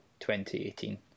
2018